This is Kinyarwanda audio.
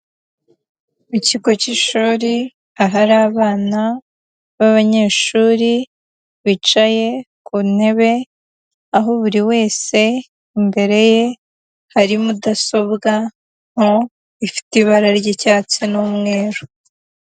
Mu kigo cy'ishuri ahari abana b'abanyeshuri bicaye ku ntebe, aho buri wese imbere ye hari mudasobwa nto ifite ibara ry'icyatsi n'umweru.